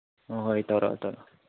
ꯍꯣꯏ ꯍꯣꯏ ꯇꯧꯔꯛꯑꯣ ꯇꯧꯔꯛꯑꯣ